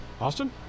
Austin